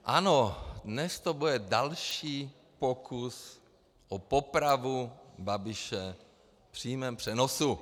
Ano, dnes to bude další pokus o popravu Babiše v přímém přenosu.